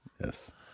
Yes